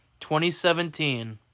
2017